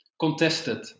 contested